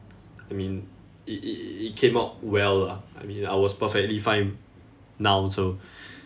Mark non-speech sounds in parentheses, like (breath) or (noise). I mean i~ i~ it came out well lah I mean I was perfectly fine now also (breath)